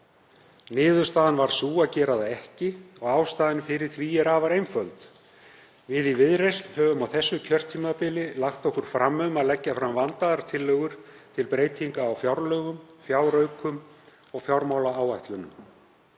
Niðurstaðan varð sú að gera það ekki og ástæðan fyrir því er afar einföld: Við í Viðreisn höfum á þessu kjörtímabili lagt okkur fram um að leggja fram vandaðar tillögur til breytinga á fjárlögum, fjáraukum og fjármálaáætlunum.